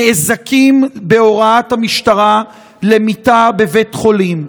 נאזקים בהוראת המשטרה למיטה בבית חולים,